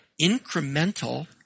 incremental